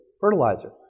fertilizer